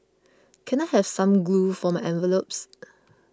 can I have some glue for my envelopes